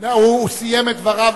הוא סיים את דבריו,